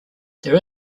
there